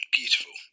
beautiful